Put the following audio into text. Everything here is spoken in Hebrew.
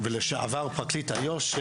ולשעבר פרקליט איו"ש.